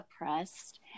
oppressed